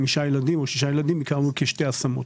חמישה או שישה ילדים כשתי השמות.